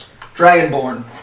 Dragonborn